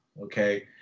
Okay